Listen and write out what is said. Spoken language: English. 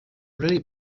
really